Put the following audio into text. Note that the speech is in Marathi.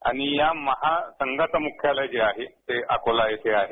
आणि या महासंघाचं मुख्यालय जे आहे ते अकोला इथं आहे